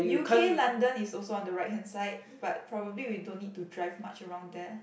U_K London is also on the right hand side but probably we don't need to drive much around there